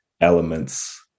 elements